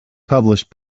published